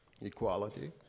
equality